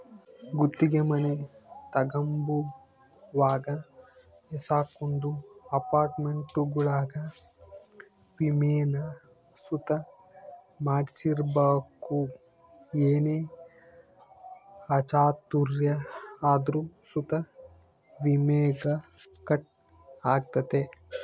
ಗುತ್ತಿಗೆ ಮನೆ ತಗಂಬುವಾಗ ಏಸಕೊಂದು ಅಪಾರ್ಟ್ಮೆಂಟ್ಗುಳಾಗ ವಿಮೇನ ಸುತ ಮಾಡ್ಸಿರ್ಬಕು ಏನೇ ಅಚಾತುರ್ಯ ಆದ್ರೂ ಸುತ ವಿಮೇಗ ಕಟ್ ಆಗ್ತತೆ